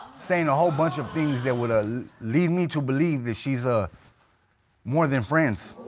saying a whole bunch of things that would ah lead me to believe that she's. ah more than friends.